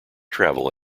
travel